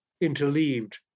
interleaved